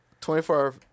24-Hour